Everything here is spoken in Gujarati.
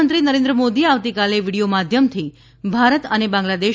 પ્રધાનમંત્રી નરેન્દ્ર મોદી આવતીકાલે વીડિયો માધ્યમથી ભારત અને બાંગ્લાદેશ